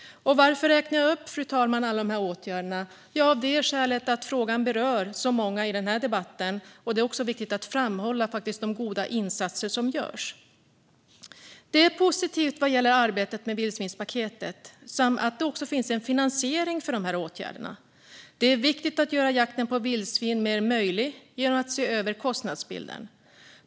Varför räknar jag upp alla dessa åtgärder, fru talman? Jo, av det skälet att frågan berör så många i den här debatten. Det är också viktigt att framhålla de goda insatser som görs. Vi ser positivt på arbetet med vildsvinspaketet och att det också finns finansiering för dessa åtgärder. Det är viktigt att göra jakten på vildsvin mer möjlig genom att se över kostnadsbilden.